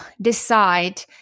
decide